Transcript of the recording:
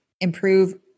improve